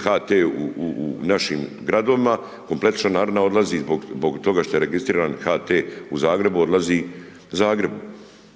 HT u našim gradovima, kompletna članarina odlazi zbog toga što je registriran HT u Zagrebu, odlazi Zagrebu.